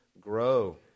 grow